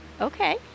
Okay